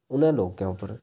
उ'नें लोकें उप्पर